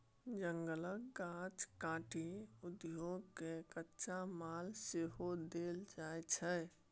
जंगलक गाछ काटि उद्योग केँ कच्चा माल सेहो देल जाइ छै